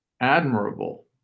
admirable